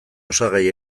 osagai